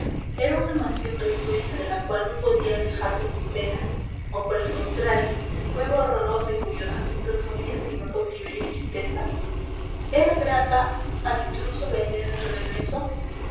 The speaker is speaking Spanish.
era una mansión risueña de la cual no podía alejarse sin pena o por el contrario cueva horrorosa en cuyo recinto no había sino cautiverio y tristeza era grata al intruso la idea del regreso